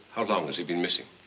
how long has he been missing?